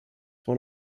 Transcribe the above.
one